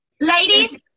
Ladies